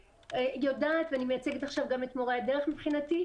אני יודעת ואני מייצגת עכשיו גם את מורי הדרך מבחינתי,